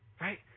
right